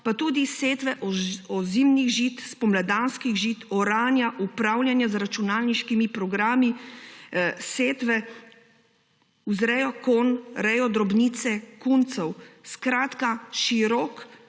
pa tudi setve ozimnih žit, spomladanskih žit, oranja, upravljanja z računalniškimi programi, setve, vzrejo konj, rejo drobnice, kuncev, skratka široko